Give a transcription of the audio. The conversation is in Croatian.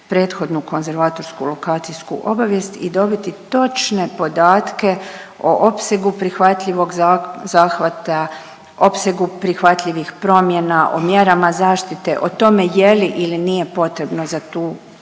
prethodnu konzervatorsku lokacijsku obavijest i dobiti točne podatke o opsegu prihvatljivog zahvata, opsegu prihvatljivih promjena, o mjerama zaštite, o tome je li ili nije potrebno za tu pojedinu